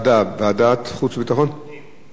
פנים.